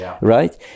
right